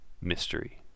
mystery